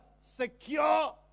secure